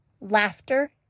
laughter